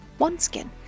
OneSkin